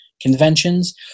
conventions